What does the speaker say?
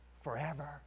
forever